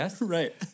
Right